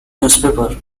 newspaper